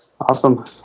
Awesome